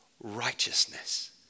righteousness